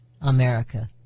America